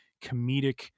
comedic